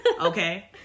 Okay